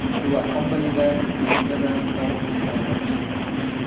to accompany them to implement these kind of solutions.